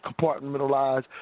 compartmentalize